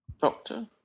doctor